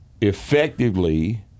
effectively